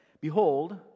Behold